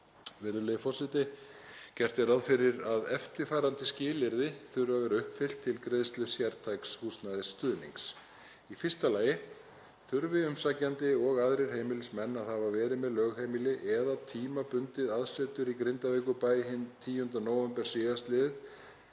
Virðulegi forseti. Gert er ráð fyrir að eftirfarandi skilyrði þurfi að vera uppfyllt til greiðslu sértæks húsnæðisstuðnings: Í fyrsta lagi þurfi umsækjandi og aðrir heimilismenn að hafa verið með lögheimili eða tímabundið aðsetur í Grindavíkurbæ hinn 10. nóvember síðastliðinn